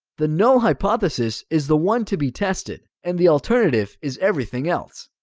the null hypothesis is the one to be tested and the alternative is everything else.